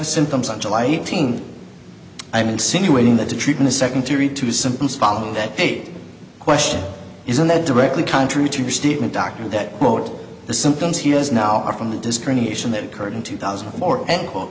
the symptoms on july eighteenth i'm insinuating that the treating the second three to symptoms following that big question isn't that directly contrary to your statement doctor that quote the symptoms he has now are from the discrimination that occurred in two thousand and four and quote